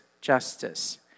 justice